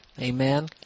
Amen